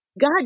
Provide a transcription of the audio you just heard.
God